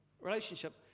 Relationship